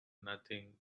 nothing